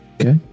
Okay